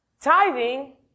Tithing